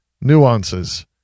nuances